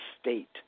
state